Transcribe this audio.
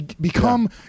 become